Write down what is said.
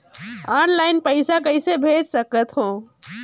Online पइसा कइसे भेज सकत हो?